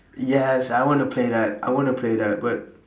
yes I want to play that I want to play that but